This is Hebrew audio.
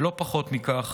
ולא פחות מכך,